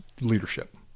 leadership